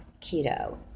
keto